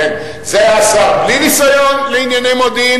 זה היה שר בלי ניסיון לענייני מודיעין